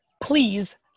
please